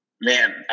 Man